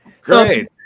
Great